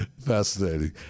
Fascinating